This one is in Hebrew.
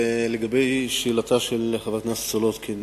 לגבי שאלתה של חברת הכנסת סולודקין,